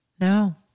No